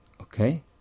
okay